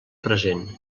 present